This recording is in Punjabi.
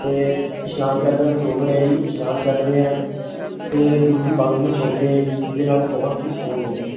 ਅਤੇ ਇਸ਼ਨਾਨ ਕਰਦੇ ਹਾਂ ਸਰੋਵਰ ਹੈ ਜੀ ਇਸ਼ਨਾਨ ਕਰਦੇ ਹਾਂ ਅਤੇ ਗੁਰੂ ਦੀ ਬਾਣੀ ਨੂੰ ਸੁਣਦੇ ਹਾਂ ਜੀ ਜਿਹਦੇ ਨਾਲ ਬਹੁਤ ਹੀ ਸਕੂਨ ਮਿਲਦਾ